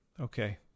Okay